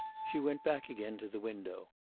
she went back again to the window,